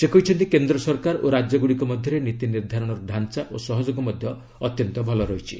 ସେ କହିଛନ୍ତି କେନ୍ଦ୍ର ସରକାର ଓ ରାଜ୍ୟଗୁଡ଼ିକ ମଧ୍ୟରେ ନୀତି ନିର୍ଦ୍ଧାରଣର ଢ଼ାଞ୍ଚା ଓ ସହଯୋଗ ମଧ୍ୟ ଅତ୍ୟନ୍ତ ଭଲ ରହିଛି